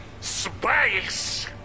Space